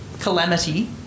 calamity